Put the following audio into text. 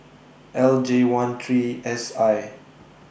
L J one three S I